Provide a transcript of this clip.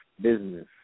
business